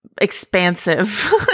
expansive